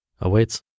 awaits